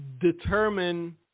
determine